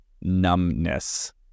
numbness